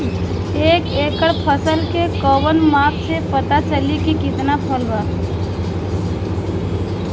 एक एकड़ फसल के कवन माप से पता चली की कितना फल बा?